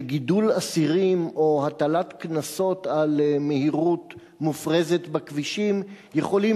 שגידול אסירים או הטלת קנסות על מהירות מופרזת בכבישים יכולים